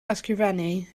ysgrifennu